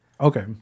okay